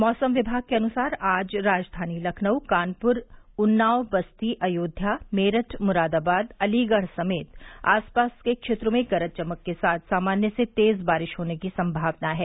मौसम विभाग के अनुसार आज राजधानी लखनऊ कानपुर उन्नाव बस्ती अयोध्या मेरठ मुरादाबाद अलीगढ़ समेत आस पास के क्षेत्रों में गरज चमक के साथ सामान्य से तेज बारिश होने की सम्भावना है